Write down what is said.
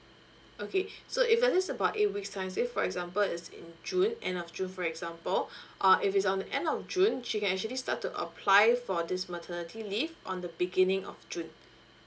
okay so if let's say about eight weeks time say for example it's in june end of june for example uh if it's on the end of june she can actually start to apply for this maternity leave on the beginning of june